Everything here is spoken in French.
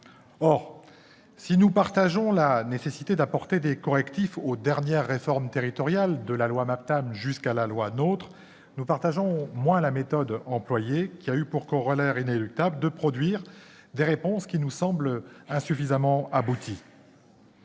Or, si nous partageons l'idée qu'il est nécessaire d'apporter des correctifs aux dernières réformes territoriales, de la loi MAPTAM jusqu'à la loi NOTRe, nous partageons moins la méthode employée, qui a eu pour corollaire inéluctable de produire des réponses insuffisamment abouties.